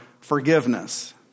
forgiveness